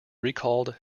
recalled